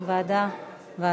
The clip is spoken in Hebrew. ועדה.